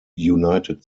united